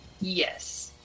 Yes